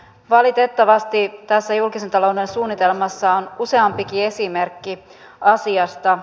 valitettavasti tässä julkisen talouden suunnitelmassa on useampikin esimerkki asiasta